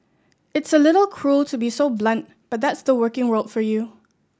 it's a little cruel to be so blunt but that's the working world for you